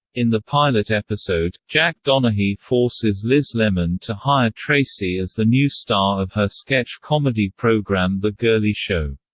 in the pilot episode, jack donaghy forces liz lemon to hire tracy as the new star of her sketch comedy program the girlie show.